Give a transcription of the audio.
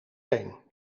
teen